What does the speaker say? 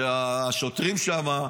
שהשוטרים שם,